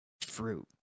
fruit